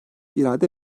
irade